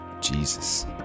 Jesus